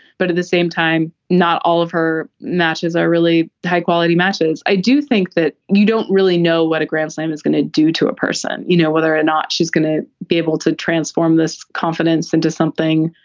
but. the same time, not all of her matches are really high quality matches. i do think that you don't really know what a grand slam is going to do to a person. you know, whether or ah not she's going to be able to transform this confidence into something,